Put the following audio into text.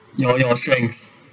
your your strengths